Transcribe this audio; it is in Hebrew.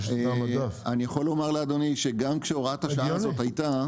אני יכול לומר לאדוני שגם כשהוראת השעה הזאת הייתה